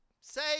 say